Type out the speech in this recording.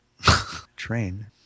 Train